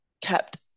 kept